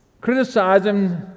Criticizing